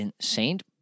Saint